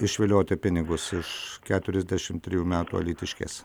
išvilioti pinigus iš keturiasdešim trijų metų alytiškės